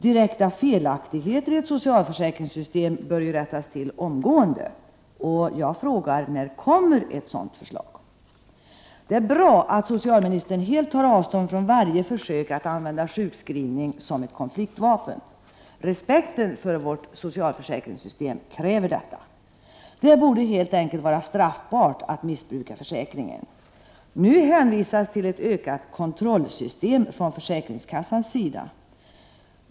Direkta felaktigheter i ett socialförsäkringssystem bör rättas till omgående. När kommer ett sådant förslag? Det är bra att socialministern helt tar avstånd från varje försök att använda sjukskrivning som ett konfliktvapen. Respekten för vårt socialförsäkringssystem kräver detta. Det borde helt enkelt vara straffbart att missbruka försäkringen. Nu hänvisas till ett ökat kontrollsystem från försäkringskassans sida.